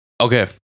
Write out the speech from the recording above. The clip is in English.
Okay